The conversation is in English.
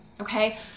Okay